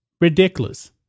Ridiculous